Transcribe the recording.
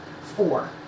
four